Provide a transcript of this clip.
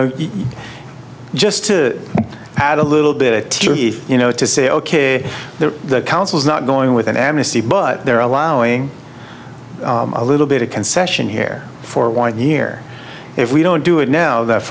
know just to add a little bit you know to say ok if the council is not going with an amnesty but they're allowing a little bit of concession here for one year if we don't do it now that